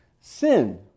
sin